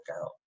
out